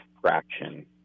fraction